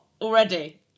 already